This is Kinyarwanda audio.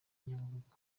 nyabugogo